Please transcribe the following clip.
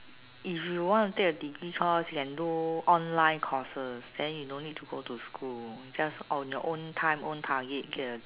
if you want to take a degree course you can do online courses then you don't need to go to school just on your own time own target